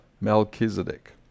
Melchizedek